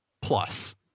plus